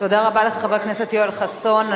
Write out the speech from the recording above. תודה רבה לחבר הכנסת יואל חסון.